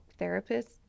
therapists